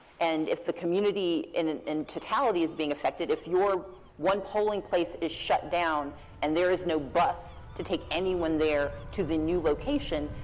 and if the community in and in totality is being affected, if you were one polling place is shut down and there is no bus to take anyone there to the new location,